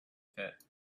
pit